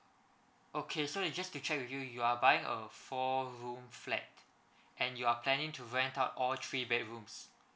okay so just to check with you you are buying a four room flat and you are planning to rent out all three bedrooms